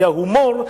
מההומור,